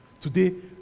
Today